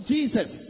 Jesus